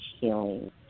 Healing